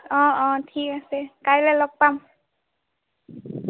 অ অ ঠিক আছে কাইলৈ লগ পাম